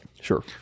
Sure